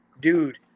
Dude